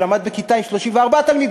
שלמד בכיתה עם 34 תלמידים,